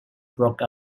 broke